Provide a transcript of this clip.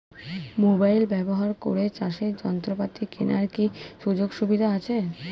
Mobile ব্যবহার করে চাষের যন্ত্রপাতি কেনার কি সুযোগ সুবিধা আছে?